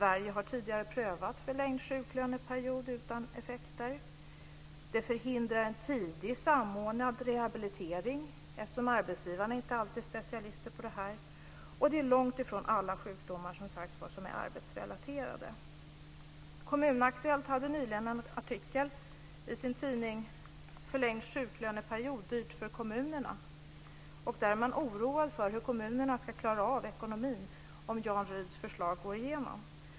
Sverige har tidigare prövat förlängd sjuklöneperiod, utan effekter. Dessutom förhindras en tidig samordnad rehabilitering eftersom arbetsgivarna inte alltid är specialister på detta. Långt ifrån alla sjukdomar är, som sagt, arbetsrelaterade. Tidningen Kommunaktuellt hade nyligen en artikel med rubriken Förlängd sjuklöneperiod dyrt för kommunerna. Där är man oroad för hur kommunerna ska klara av ekonomin om Jan Rydhs förslag går igenom.